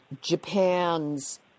Japan's